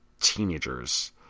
teenagers